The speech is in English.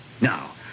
Now